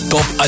Top